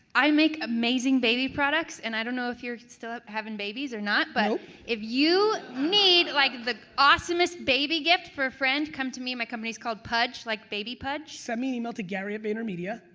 i make amazing baby products and i don't know if you're still having babies or not, but if you need like the awesomest baby gift for a friend come to me, and my company's called pudge, like baby pudge. send me an email to gary at vaynermedia.